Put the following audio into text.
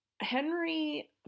Henry